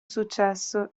successo